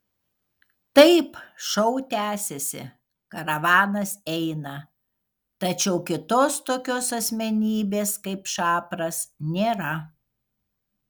taip šou tęsiasi karavanas eina tačiau kitos tokios asmenybės kaip šapras nėra